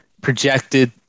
projected